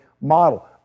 model